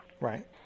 Right